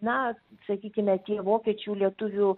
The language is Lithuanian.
na sakykime tie vokiečių lietuvių